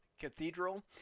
Cathedral